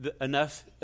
enough